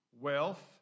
wealth